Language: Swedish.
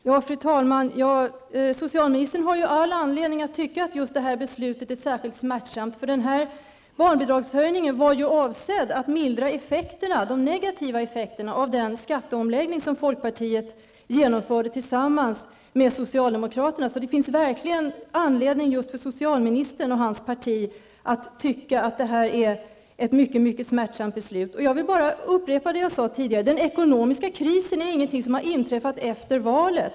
Fru talman! Socialministern har all anledning att tycka att just det här beslutet är särskilt smärtsamt, eftersom den här barnbidragshöjningen var avsedd att mildra de negativa effekterna av den skatteomläggning som folkpartiet genomförde tillsammans med socialdemokraterna. Det finns alltså verkligen anledning just för socialministern och hans parti att tycka att detta är ett mycket smärtsamt beslut. Jag vill bara upprepa vad jag sade tidigare: Den ekonomiska krisen är ingenting som har inträffat efter valet.